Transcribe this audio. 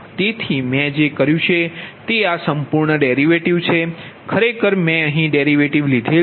તેથી મેં જે કર્યું છે તે આ સંપૂર્ણ ડેરિવેટિવ છે ખરેખર મેં અહીં ડેરિવેટિવ લીધેલ છે